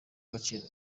agaciro